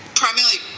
primarily